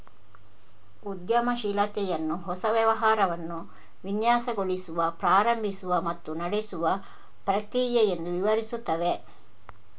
ಉದ್ಯಮಶೀಲತೆಯನ್ನು ಹೊಸ ವ್ಯವಹಾರವನ್ನು ವಿನ್ಯಾಸಗೊಳಿಸುವ, ಪ್ರಾರಂಭಿಸುವ ಮತ್ತು ನಡೆಸುವ ಪ್ರಕ್ರಿಯೆ ಎಂದು ವಿವರಿಸುತ್ತವೆ